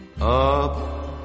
up